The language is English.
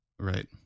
Right